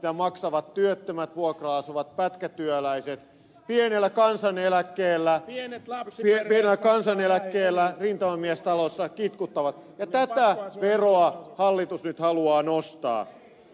sitä maksavat työttömät vuokralla asuvat pätkätyöläiset pienellä kansaneläkkeellä rintamamiestalossa kitkuttavat ja tätä veroa hallitus nyt haluaa nostaa